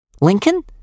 Lincoln